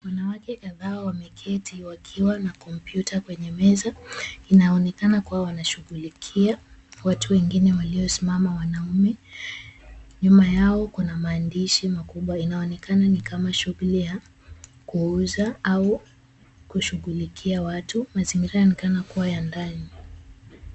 Wanawake kadhaa wameketi wakiwa na kompyuta kwenye meza. Inaonekana kuwa wanashughulikia watu wengine waliosimama wanaume. Nyuma yao kuna maandishi makubwa inaonekana ni kama shughuli ya kuuza au kushughulikia watu. Mazingira yanaonekana kuwa ya ndani.